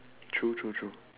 true true true